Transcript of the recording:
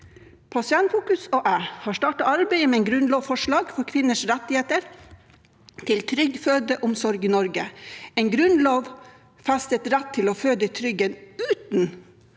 Pasientfokus og jeg har startet arbeidet med et grunnlovsforslag for kvinners rettigheter til trygg fødselsomsorg i Norge, en grunnlovfestet rett til å føde i trygghet, uten